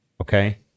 okay